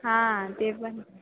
हां ते पण